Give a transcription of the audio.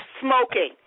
smoking